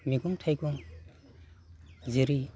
मैगं थाइगं जेरै